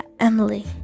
Emily